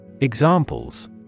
Examples